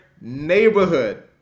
neighborhood